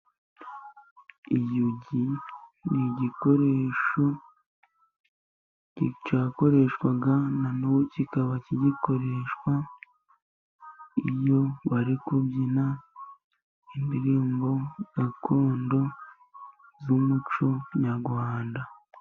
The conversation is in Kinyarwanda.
Iyugi ni igikoresho cyakoreshwaga， na n'ubu kikaba kigikoreshwa， iyo bari kubyina indirimbo gakondo z'umuco nyarwanda.